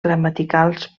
gramaticals